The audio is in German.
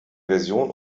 version